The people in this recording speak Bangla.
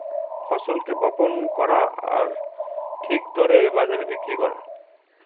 ফসলকে বপন করা আর ঠিক দরে বাজারে বিক্রি করা